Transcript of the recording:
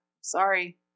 Sorry